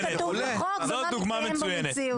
מה כתוב בחוק ומה מתקיים במציאות.